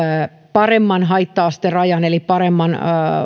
paremman haitta asterajan eli paremman